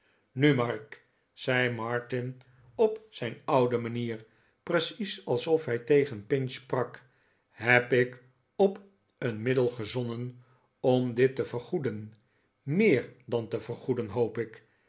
nu mark zei martin op zijn oude manier precies alsof hij tegen pinch sprak heb ik op een middel gezonnen om u dit te vergoeden meer dan te vergoeden hoop ik